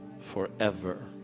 forever